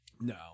No